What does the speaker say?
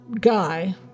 guy